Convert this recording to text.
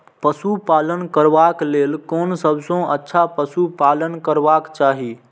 पशु पालन करबाक लेल कोन सबसँ अच्छा पशु पालन करबाक चाही?